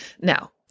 Now